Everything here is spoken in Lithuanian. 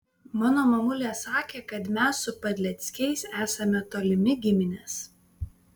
mano mamulė sakė kad mes su padleckiais esame tolimi giminės